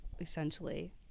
essentially